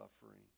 suffering